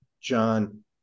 John